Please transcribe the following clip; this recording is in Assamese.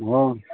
হয়